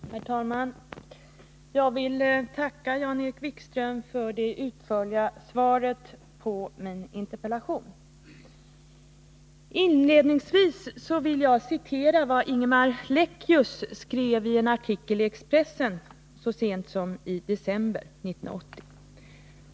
Nr 69 Herr talman! Jag tackar Jan-Erik Wikström för det utförliga svaret på min 2 februari 1981 Inledningsvis vill jag citera vad Ingemar Leckius skrev i en artikel i Expressen så sent som i december 1980.